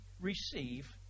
receive